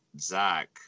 Zach